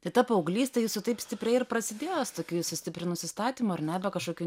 tai ta paauglystė jūsų taip stipriai ir prasidėjo su tokiu stipriu nusistatymu ar ne kažkokiu